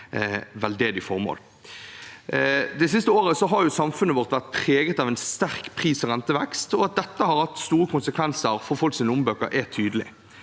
veldedige formål. Det siste året har samfunnet vårt vært preget av en sterk pris- og rentevekst, og at dette har hatt store konsekvenser for folks lommebøker, er tydelig.